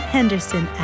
Henderson